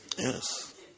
Yes